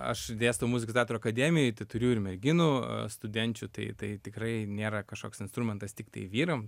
aš dėstau muzikos teatro akademijoj tai turiu ir merginų studenčių tai tai tikrai nėra kažkoks instrumentas tiktai vyram